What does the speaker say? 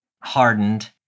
hardened